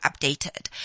updated